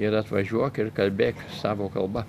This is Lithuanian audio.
ir atvažiuok ir kalbėk savo kalba